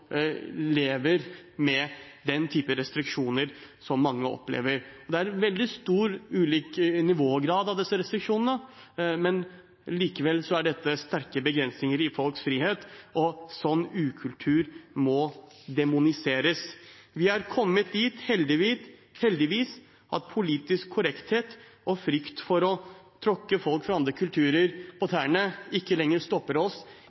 lever med den typen restriksjoner som mange opplever. Det er veldig ulik nivågrad på disse restriksjonene, men likevel er dette sterke begrensninger i folks frihet, og slik ukultur må demoniseres. Vi er heldigvis kommet dit at politisk korrekthet og frykt for å tråkke folk fra andre kulturer på tærne ikke lenger stopper oss